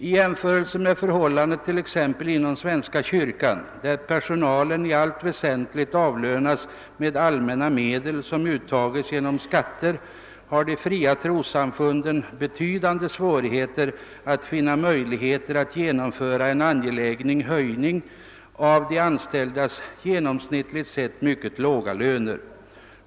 I jämförelse med exempelvis svenska kyrkan, där personalen i allt väsentligt avlönas med allmänna medel som uttages genom skatter, har de fria trossamfunden betydande svårigheter när det gäller att finna möjligheter att genomföra en angelägen höjning av de anställdas genomsnittligt sett mycket låga löner.